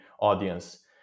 audience